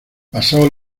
pasó